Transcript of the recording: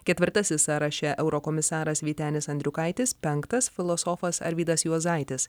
ketvirtasis sąraše eurokomisaras vytenis andriukaitis penktas filosofas arvydas juozaitis